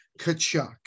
Kachuk